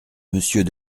monsieur